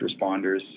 responders